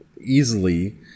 easily